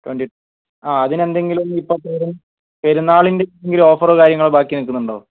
twenty ആ അതിനെന്തെങ്കിലും ഇപ്പം ചെറിയ പെരുന്നാളിന്റെ എന്തെങ്കിലും ഓഫറോ കാര്യമോ ബാക്കി നിൽക്കുന്നുണ്ടോ